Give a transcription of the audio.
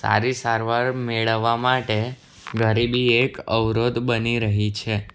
સારી સારવાર મેળવવા માટે ગરીબી એક અવરોધ બની રહી છે